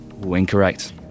Incorrect